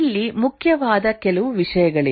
ಇಲ್ಲಿ ಮುಖ್ಯವಾದ ಕೆಲವು ವಿಷಯಗಳಿವೆ